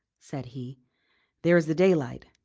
said he there is the daylight!